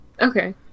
Okay